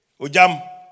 Ujam